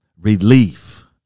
relief